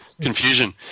confusion